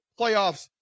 playoffs